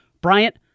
Bryant